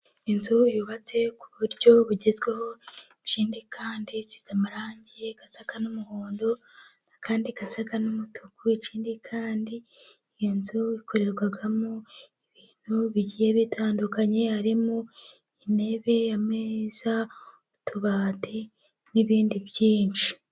Inzu yubatse ku buryo bugezweho, ikindi kandi isize amarangi asa n'umuhondo, andi asa n'umutuku. Ikindi kandi iyo nzu ikorerwamo ibintu bigiye bitandukanye. Harimo intebe, ameza, utubati n'ibindi byinshi.